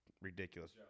ridiculous